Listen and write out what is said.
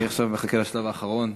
אדוני השר, אני עכשיו מחכה לשלב האחרון.